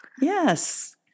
Yes